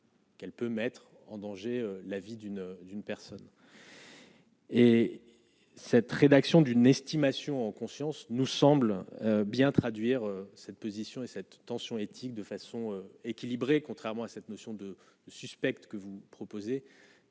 Elle peut mettre en danger la vie d'une d'une personne. Et cette rédaction d'une estimation en conscience nous semble bien traduire cette position et cette tension éthique de façon équilibrée, contrairement à cette notion de suspecte que vous proposez,